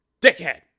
Dickhead